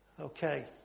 Okay